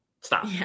stop